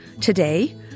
Today